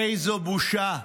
איזו בושה.